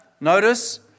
notice